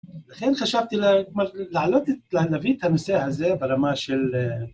לכן חשבתי, כלומר, להעלות, להביא את הנושא הזה ברמה של